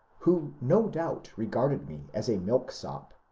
who no doubt regarded me as a milk sop.